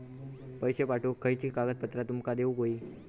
पैशे पाठवुक खयली कागदपत्रा तुमका देऊक व्हयी?